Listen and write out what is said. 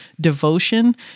devotion